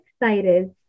excited